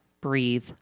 breathe